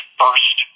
first